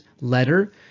letter